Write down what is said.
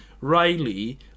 Riley